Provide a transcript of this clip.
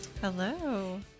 Hello